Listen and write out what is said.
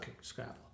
Scrabble